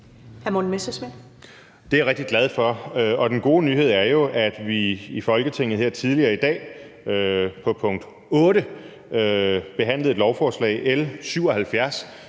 Det er jeg rigtig glad for, og den gode nyhed er jo, at vi i Folketinget her tidligere i dag under punkt 8 behandlede et lovforslag, L 77,